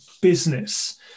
business